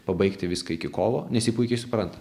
pabaigti viską iki kovo nes ji puikiai supranta